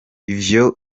ivyo